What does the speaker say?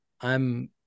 I'm-